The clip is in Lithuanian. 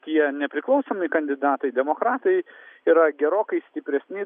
tie nepriklausomi kandidatai demokratai yra gerokai stipresni